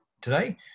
today